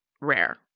rare